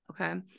Okay